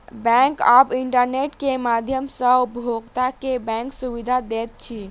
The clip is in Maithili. बैंक आब इंटरनेट के माध्यम सॅ उपभोगता के बैंक सुविधा दैत अछि